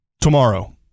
tomorrow